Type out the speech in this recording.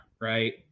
right